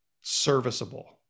serviceable